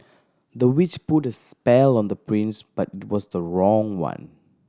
the witch put a spell on the prince but it was the wrong one